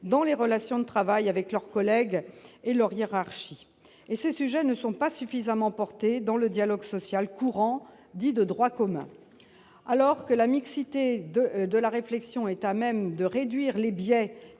dans les relations de travail avec leurs collègues et avec leur hiérarchie. Ces sujets ne sont pas suffisamment portés dans le dialogue social courant dit « de droit commun ». Alors que la mixité de la réflexion est à même de réduire les biais